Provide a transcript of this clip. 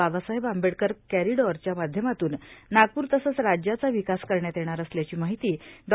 बाबासाहेब आंबेडकर कॅरीडोरव्या माध्यमातून नागपूर तसंच राज्याचा विकास करण्यात येणार असल्याची माहिती डॉ